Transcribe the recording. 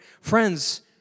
Friends